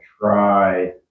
try